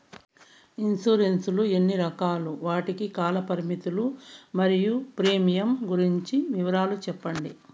Insurance లు ఎన్ని రకాలు? వాటి కాల పరిమితులు మరియు ప్రీమియం గురించి వివరాలు సెప్పండి?